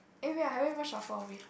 eh I haven't even shuffle wait